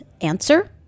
Answer